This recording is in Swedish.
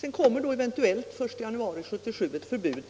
Sedan kommer eventuellt den 1 januari 1977 ett förbud